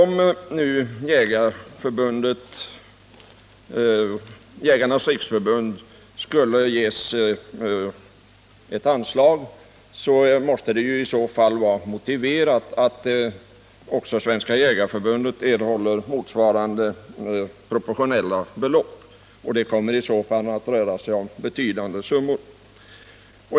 Men om nu Jägarnas riksförbund ges anslag, måste det vara motiverat att också Svenska jägareförbundet erhåller motsvarande proportionella belopp, och det kommer i så fall att röra sig om betydande summor.